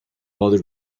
other